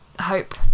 Hope